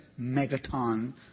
megaton